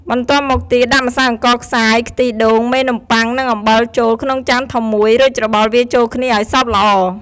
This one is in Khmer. បន្ទាប់មកទៀត ដាក់ម្សៅអង្ករខ្សាយ ខ្ទិះដូង មេនំប៉័ង និងអំបិលចូលក្នុងចានធំមួយ រួចច្របល់វាចូលគ្នាឱ្យសព្វល្អ។